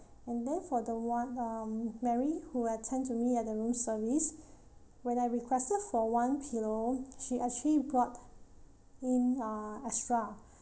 and then for the one um mary who attend to me at the room service when I requested for one pillow she actually brought in uh extra